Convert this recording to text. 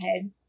head